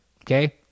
Okay